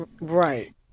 Right